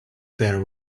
there